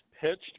pitched